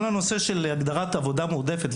כל הנושא של הגדרת עבודה מועדפת,